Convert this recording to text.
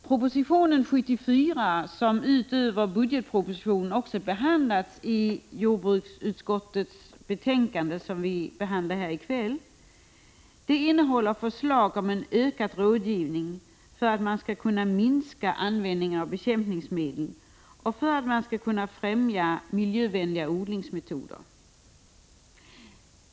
Proposition 74, som utöver budgetpropositionen också behandlas i det betänkande från jordbruksutskottet som vi diskuterar här i kväll, innehåller förslag om en ökad rådgivning för att man skall kunna minska användningen av bekämpningsmedel och för att man skall kunna främja miljövänliga odlingsmetoder.